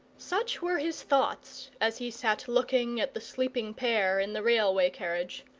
such were his thoughts as he sat looking at the sleeping pair in the railway carriage,